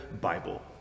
Bible